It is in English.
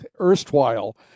erstwhile